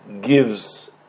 gives